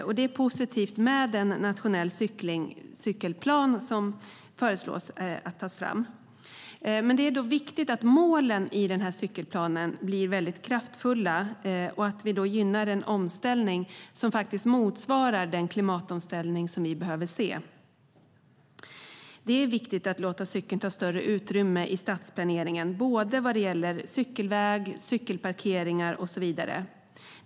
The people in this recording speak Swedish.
Det är också positivt med den nationella cyklingsplan som föreslås tas fram. Målen i denna måste vara kraftfulla för att vi ska gynna en omställning som motsvarar den klimatomställning som vi behöver. Det är viktigt att låta cykeln ta större utrymme i stadsplaneringen både vad gäller cykelväg, cykelparkeringar och så vidare.